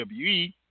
WWE